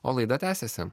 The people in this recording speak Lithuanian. o laida tęsiasi